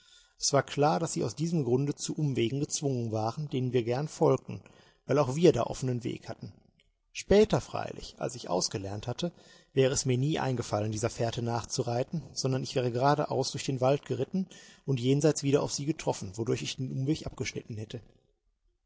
es war klar daß sie aus diesem grunde zu umwegen gezwungen waren denen wir gern folgten weil auch wir da offenen weg hatten später freilich als ich ausgelernt hatte wäre es mir nie eingefallen dieser fährte so nachzureiten sondern ich wäre geradeaus durch den wald geritten und jenseits wieder auf sie getroffen wodurch ich den umweg abgeschnitten hätte